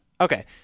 Okay